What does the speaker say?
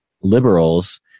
liberals